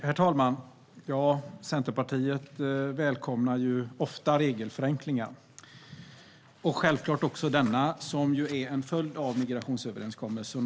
Herr talman! Centerpartiet välkomnar ofta regelförenklingar och självklart också denna som ju är en följd av migrationsöverenskommelsen.